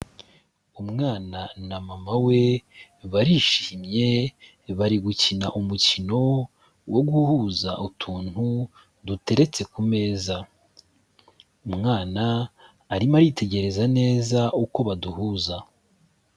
Umwana na mama we, barishimye bari gukina umukino wo guhuza utuntu duteretse ku meza. Umwana arimo aritegereza neza uko baduhuza.